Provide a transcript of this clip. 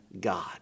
God